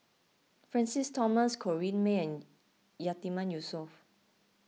Francis Thomas Corrinne May and Yatiman Yusof